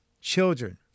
children